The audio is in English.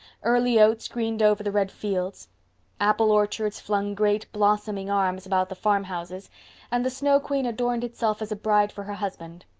early oats greened over the red fields apple orchards flung great blossoming arms about the farmhouses and the snow queen adorned itself as a bride for her husband.